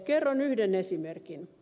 kerron yhden esimerkin